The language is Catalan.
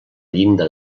llinda